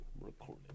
recording